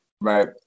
Right